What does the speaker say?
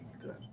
good